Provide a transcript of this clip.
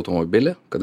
automobilį kad